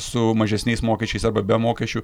su mažesniais mokesčiais arba be mokesčių